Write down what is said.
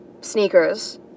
sneakers